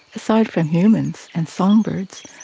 aside from humans and songbirds,